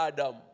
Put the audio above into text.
Adam